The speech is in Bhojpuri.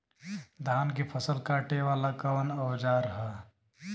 धान के फसल कांटे वाला कवन औजार ह?